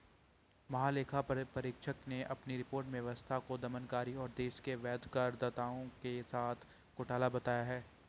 महालेखा परीक्षक ने अपनी रिपोर्ट में व्यवस्था को दमनकारी और देश के वैध करदाताओं के साथ घोटाला बताया है